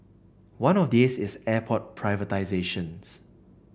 one of these is airport privatisations